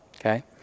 okay